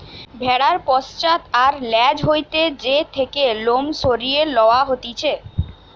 ভেড়ার পশ্চাৎ আর ল্যাজ হইতে যে থেকে লোম সরিয়ে লওয়া হতিছে